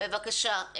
בבקשה.